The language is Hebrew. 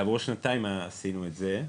כעבור שנתיים עשינו את זה,